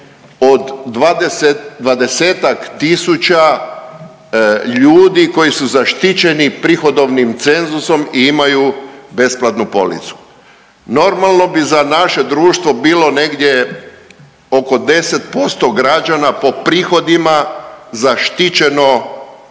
tisuća ljudi koji su zaštićeni prihodovnim cenzusom i imaju besplatnu policu. Normalno bi za naše društvo bilo negdje oko 10% građana po prihodima zaštićeno